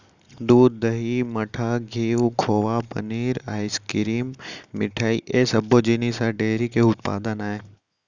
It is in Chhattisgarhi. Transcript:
दूद, दही, मठा, घींव, खोवा, पनीर, आइसकिरिम, मिठई ए सब्बो जिनिस ह डेयरी के उत्पादन आय